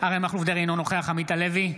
אריה מכלוף דרעי, אינו נוכח עמית הלוי,